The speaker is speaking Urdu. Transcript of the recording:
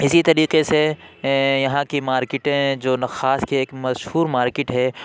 اسی طریقے سے یہاں کی مارکیٹیں جو نخاس کی ایک مشہور مارکیٹ ہے